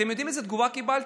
אתם יודעים איזו תגובה קיבלתי?